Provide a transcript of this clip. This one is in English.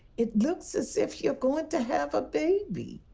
it looks as if you're going to have a baby!